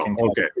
Okay